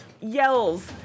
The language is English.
yells